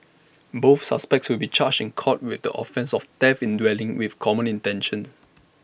both suspects will be charged in court with the offence of theft in dwelling with common intention